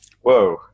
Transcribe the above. whoa